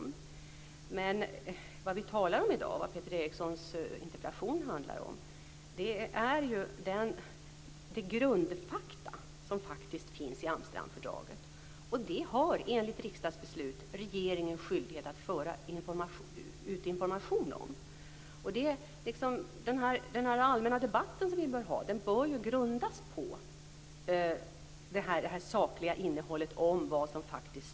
Det vi nu talar om och som Peter Erikssons interpellation handlar om, är de grundfakta som finns i Amsterdamfördraget. Det har enligt riksdagsbeslut regeringen en skyldighet att föra ut information om. Den allmänna debatt som vi bör ha bör grundas på det sakliga innehållet i Amsterdamfördraget.